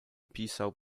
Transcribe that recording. pisał